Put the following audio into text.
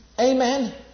Amen